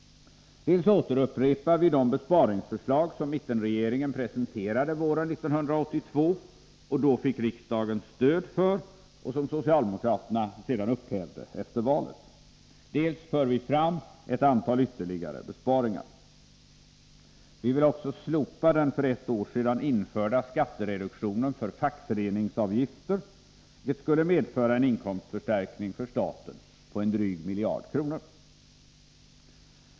Dels återupprepar vi de besparingsförslag som mittenregeringen presenterade våren 1982 och då fick riksdagens stöd för och som socialdemokraterna sedan upphävde efter valet. Dels för vi fram ett antal ytterligare besparingar. Vi vill också slopa den för ett år sedan införda skattereduktionen för fackföreningsavgifter, vilket skulle medföra en inkomstförstärkning för staten på drygt 1 miljard kronor.